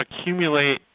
accumulate